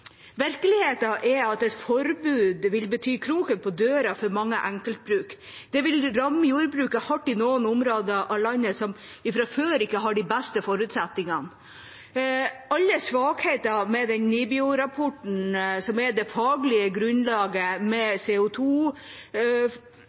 Virkeligheten er at et forbud vil bety kroken på døra for mange enkeltbruk. Det vil ramme jordbruket hardt i noen områder av landet som fra før ikke har de beste forutsetningene. Alle svakhetene ved den NIBIO-rapporten som er det faglige grunnlaget, med